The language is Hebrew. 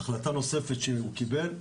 החלטה נוספת שהוא קיבל,